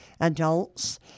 adults